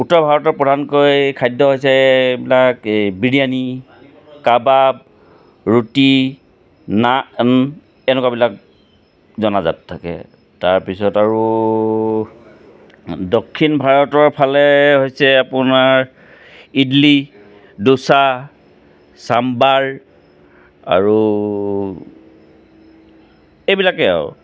উত্তৰ ভাৰতত প্ৰধানকৈ খাদ্য হৈছে এইবিলাক বিৰিয়ানী কাবাব ৰুটি নান এনেকুৱাবিলাক জনাজাত থাকে তাৰপিছত আৰু দক্ষিণ ভাৰতৰ ফালে হৈছে আপোনাৰ ইদলি দোছা চাম্বাৰ আৰু এইবিলাকে আৰু